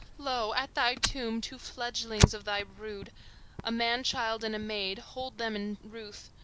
lo! at thy tomb, two fledglings of thy brood a man-child and a maid hold them in ruth,